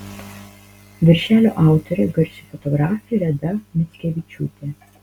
viršelio autorė garsi fotografė reda mickevičiūtė